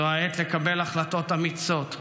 זו העת לקבל החלטות אמיצות,